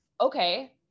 okay